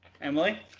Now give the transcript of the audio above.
Emily